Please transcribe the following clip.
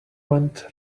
went